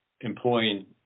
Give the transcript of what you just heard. employing